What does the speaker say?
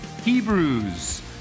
Hebrews